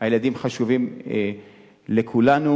הילדים חשובים לכולנו.